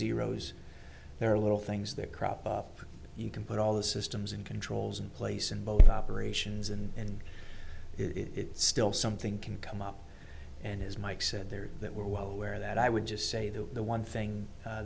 zeroes there are little things that crop up you can put all the systems in controls in place in both operations and it still something can come up and as mike said there that we're well aware that i would just say that the one thing